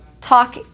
talk